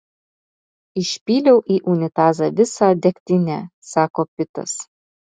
išpyliau į unitazą visą degtinę sako pitas